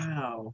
Wow